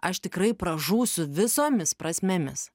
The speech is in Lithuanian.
aš tikrai pražūsiu visomis prasmėmis